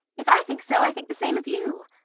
if i think so, i think the same of you.